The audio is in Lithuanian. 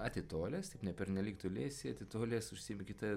atitolęs tik ne pernelyg toli esi atitolęs užsiimi kita